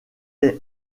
est